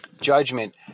Judgment